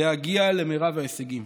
להגיע למרב ההישגים.